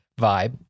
vibe